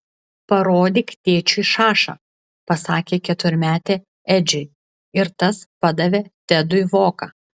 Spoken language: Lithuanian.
parodyk tėčiui šašą pasakė keturmetė edžiui ir tas padavė tedui voką